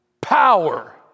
power